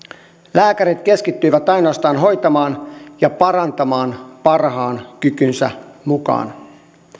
lääkärit keskittyivät ainoastaan hoitamaan ja parantamaan parhaan kykynsä mukaan